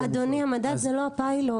אדוני, המדד זה לא פיילוט.